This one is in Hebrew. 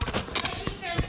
אחרי שהוא יסיים לדבר.